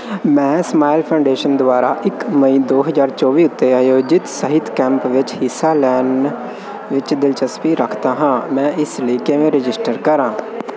ਮੈਂ smile foundation ਦੁਆਰਾ ਇੱਕ ਮਈ ਦੋ ਹਜ਼ਾਰ ਚੌਵੀ ਉੱਤੇ ਆਯੋਜਿਤ ਸਿਹਤ ਕੈਂਪ ਵਿੱਚ ਹਿੱਸਾ ਲੈਣ ਵਿੱਚ ਦਿਲਚਸਪੀ ਰੱਖਦਾ ਹਾਂ ਮੈਂ ਇਸ ਲਈ ਕਿਵੇਂ ਰਜਿਸਟਰ ਕਰਾਂ